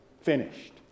Finished